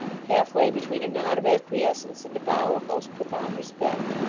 half-way between a nod of acquiescence, and a bow of most profound respect.